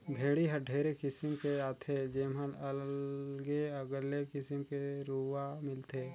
भेड़ी हर ढेरे किसिम के हाथे जेम्हा अलगे अगले किसिम के रूआ मिलथे